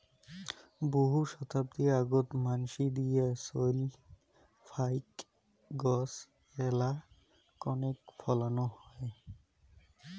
বহু শতাব্দী আগোত মানসি দিয়া চইল ফাইক গছ এ্যালা কণেক ফলানো হয়